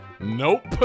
Nope